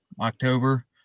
October